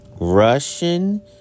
Russian